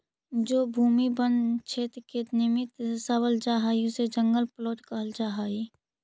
जो भूमि वन क्षेत्र के निमित्त दर्शावल जा हई उसे जंगल प्लॉट कहल जा हई